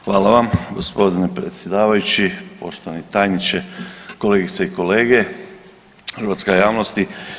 Hvala vam g. predsjedavajući, poštovani tajniče, kolegice i kolege, hrvatska javnosti.